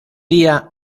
día